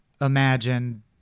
imagine